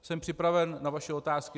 Jsem připraven na vaše otázky.